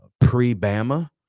pre-Bama